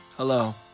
Hello